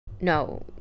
no